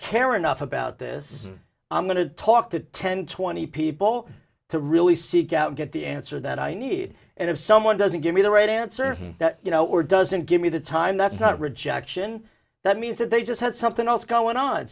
care enough about this i'm going to talk to ten twenty people to really seek out and get the answer that i need and if someone doesn't give me the right answer you know were doesn't give me the time that's not rejection that means that they just had something else going on